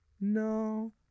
No